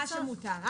מה שמותר.